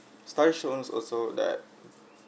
study showns also that